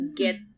get